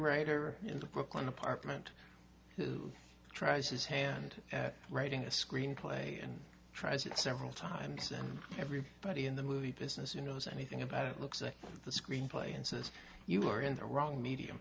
writer in the book on apartment who tries his hand at writing a screenplay and tries it several times and everybody in the movie business you knows anything about it looks at the screenplay and says you are in the wrong medium